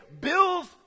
bills